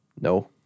No